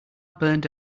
burned